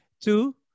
Two